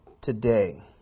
today